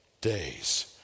days